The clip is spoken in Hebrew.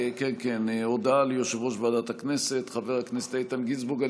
הודעה ליושב-ראש ועדת הכנסת חבר הכנסת איתן גינזבורג.